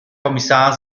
kommissar